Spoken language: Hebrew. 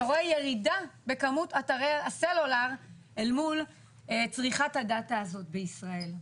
אתה רואה ירידה בכמות אתרי הסלולר אל מול צריכה הדאטה הזאת בישראל.